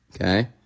Okay